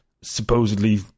supposedly